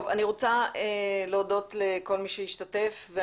אני רוצה להודות לכל מי שהשתתף בדיון.